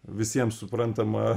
visiems suprantama